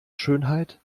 schönheit